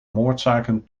moordzaken